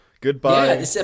Goodbye